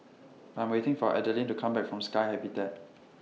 I'm waiting For Adaline to Come Back from Sky Habitat